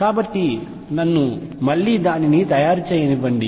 కాబట్టి నన్ను మళ్లీ దాన్ని తయారు చేయనివ్వండి